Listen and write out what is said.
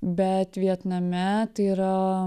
bet vietname tai yra